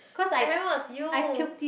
I remember was you